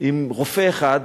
עם רופא אחד,